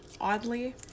oddly